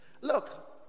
Look